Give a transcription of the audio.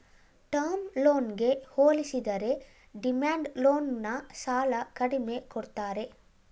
term ಲೋನ್ಗೆ ಹೋಲಿಸಿದರೆ demand loan ನ ಸಾಲ ಕಡಿಮೆ ಕೊಡ್ತಾರೆ